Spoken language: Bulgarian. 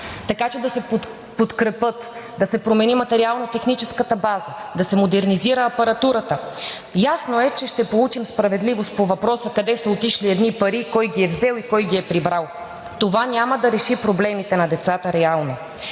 така че да се подкрепят, да се промени материално-техническата база, да се модернизира апаратурата. Ясно е, че ще получим справедливост по въпроса къде са отишли едни пари, кой ги е взел и кой ги е прибрал, това няма реално да реши проблемите на децата, така